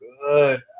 good